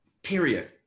period